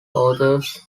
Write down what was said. authors